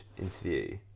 interview